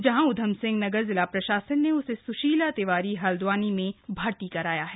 जहां ऊधमसिंह नगर जिला प्रशासन ने उसे सुशीला तिवारी हल्द्वानी में भर्ती कराया है